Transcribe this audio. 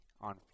on